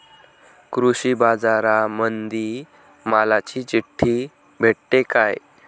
कृषीबाजारामंदी मालाची चिट्ठी भेटते काय?